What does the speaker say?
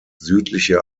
südliche